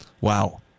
Wow